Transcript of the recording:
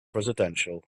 residential